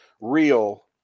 real